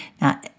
Now